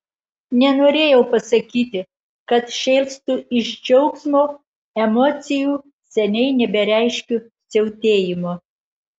nenorėjau pasakyti kad šėlstu iš džiaugsmo emocijų seniai nebereiškiu siautėjimu